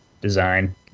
design